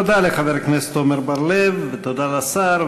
תודה לחבר הכנסת עמר בר-לב, תודה לשר.